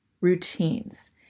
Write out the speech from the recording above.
routines